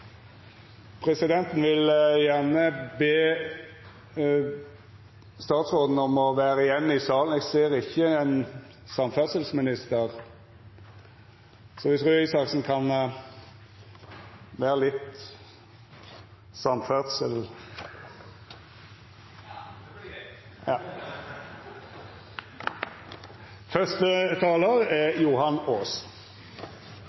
Presidenten vil be statsråden om å vera igjen i salen. Eg ser ikkje samferdsleministeren her, så kan Røe Isaksen vera litt